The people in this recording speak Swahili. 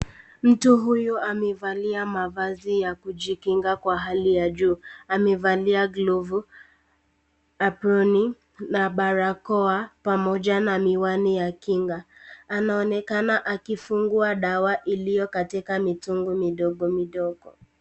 Mtu huyu amevalia mavazi ya kujikinga kwa hali ya juu, amevalia glovu, aproni, na barakoa pamoja na miwani ya kinga. Anaonekana akifungua dawa iliyo katika mitungi midogo midogo.